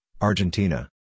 Argentina